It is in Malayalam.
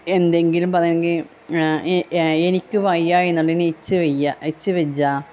എന്തെങ്കിലും പറയണമെങ്കിൽ ഈ എനിക്ക് വയ്യ എന്നുള്ളതിന് ഇച്ച് വയ്യ ഇച്ച് വജ്ജ